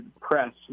Press